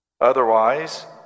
Otherwise